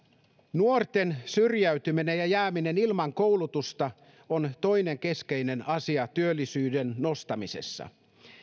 nuorten syrjäytyminen ja jääminen ilman koulutusta on toinen keskeinen asia työllisyyden nostamisessa